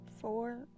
four-